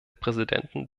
präsidenten